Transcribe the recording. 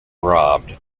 robbed